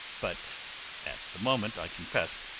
but at the moment, i confess,